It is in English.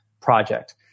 project